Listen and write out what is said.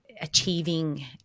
achieving